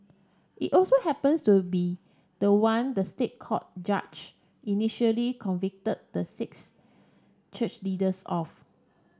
it also happens to be the one the State Court judge initially convicted the six church leaders of